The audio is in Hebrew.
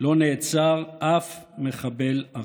לא נעצר אף מחבל ערבי.